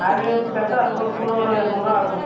ஆரி work சேர்த்தா அது ஒரு கூட ஒரு இரநூறுவா ஆகும்